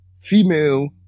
female